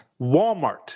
Walmart